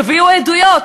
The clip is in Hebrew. תביאו עדויות.